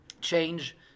change